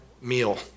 meal